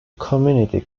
community